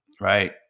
right